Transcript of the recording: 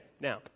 Now